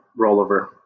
rollover